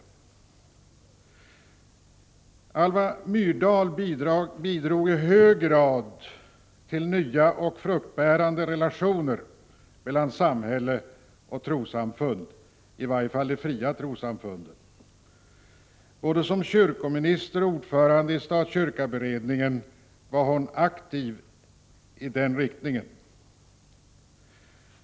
Alva Myrdal bidrog i hög grad till nya och fruktbärande relationer mellan samhälle och trossamfund — i varje fall de fria trossamfunden. Både som kyrkominister och som ordförande i stat-kyrka-beredningen var hon aktiv i den riktningen.